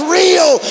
real